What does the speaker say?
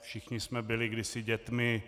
Všichni jsme byli kdysi dětmi.